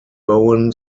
bowen